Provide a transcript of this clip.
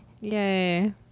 yay